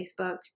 Facebook